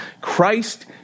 Christ